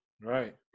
Right